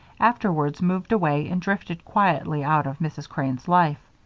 afterwards moved away and drifted quietly out of mrs. crane's life.